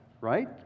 right